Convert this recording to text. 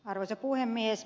arvoisa puhemies